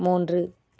மூன்று